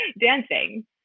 dancing